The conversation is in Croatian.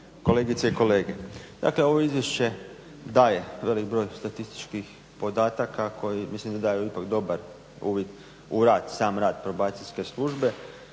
kolegice i kolege. Dakle, ovo izvješće daje velik broj statističkih podatka koji mislim da daju ipak dobar uvid u rad, sam rad Probacijske službe,